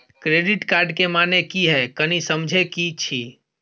Credit card के माने की हैं, कनी समझे कि छि?